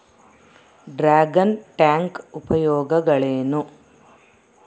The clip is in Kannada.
ಡ್ರಾಗನ್ ಟ್ಯಾಂಕ್ ಉಪಯೋಗಗಳೇನು?